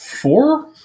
four